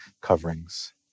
coverings